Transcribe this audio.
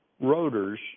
rotors